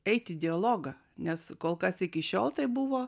eit į dialogą nes kol kas iki šiol tai buvo